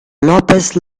lópez